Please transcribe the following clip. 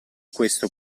questo